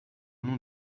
nom